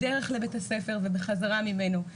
בדרך לבית הספר ובחזרה ממנו,